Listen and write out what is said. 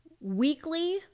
Weekly